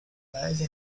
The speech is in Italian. paese